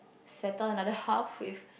settle another half with